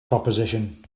proposition